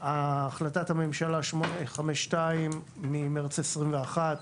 החלטת הממשלה 852 ממרץ 2021,